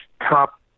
top